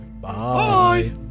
bye